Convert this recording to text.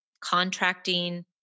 contracting